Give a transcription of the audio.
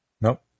Nope